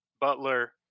Butler